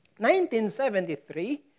1973